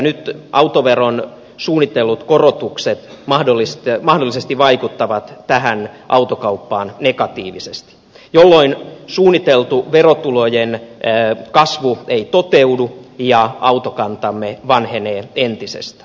nyt autoveron suunnitellut korotukset mahdollisesti vaikuttavat tähän autokauppaan negatiivisesti jolloin suunniteltu verotulojen kasvu ei toteudu ja autokantamme vanhenee entisestään